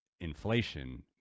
inflation